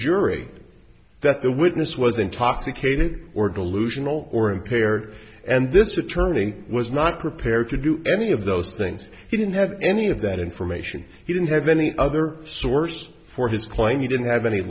jury that the witness was intoxicated or delusional or impaired and this attorney was not prepared to do any of those things he didn't have any of that information he didn't have any other source for his claim he didn't have any